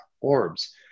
orbs